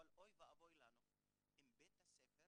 אבל אוי ואבוי לנו אם בית הספר